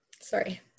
sorry